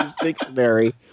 Dictionary